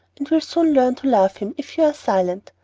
and will soon learn to love him, if you are silent.